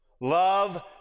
Love